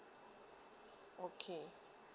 okay